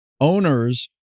owners